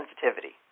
sensitivity